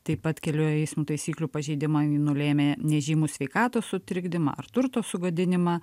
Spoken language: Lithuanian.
taip pat kelių eismo taisyklių pažeidimai nulėmę nežymų sveikatos sutrikdymą ar turto sugadinimą